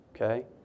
okay